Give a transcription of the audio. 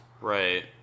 Right